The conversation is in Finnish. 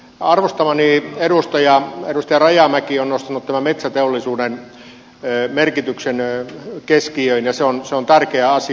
arvostamani edustaja rajamäki on nostanut tämän metsäteollisuuden merkityksen keskiöön ja se on tärkeä asia